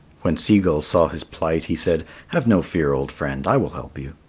when sea gull saw his plight he said, have no fear, old friend, i will help you.